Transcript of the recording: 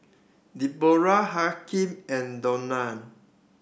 Deborrah Hakim and Donal